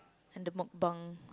and the mukbang